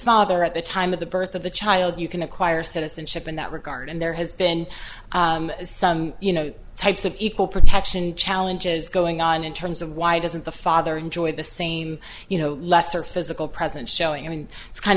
father at the time of the birth of the child you can acquire citizenship in that regard and there has been some you know types of equal protection challenges going on in terms of why doesn't the father enjoy the same you know lesser physical presence showing i mean it's kind